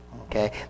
Okay